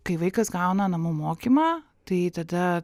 kai vaikas gauna namų mokymą tai tada